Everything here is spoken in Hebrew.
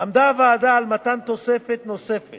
עמדה הוועדה על מתן תוספת נוספת